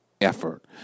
effort